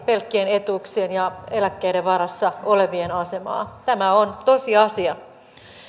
pelkkien etuuksien ja eläkkeiden varassa olevien asemaa tämä on tosiasia